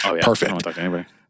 perfect